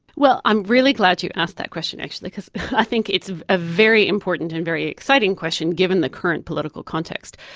well, i'm really glad you asked that question, actually, because i think it's a very important and very exciting question given the current political context.